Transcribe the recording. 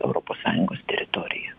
europos sąjungos teritoriją